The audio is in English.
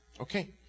Okay